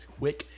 quick